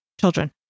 children